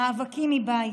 מאבקים מבית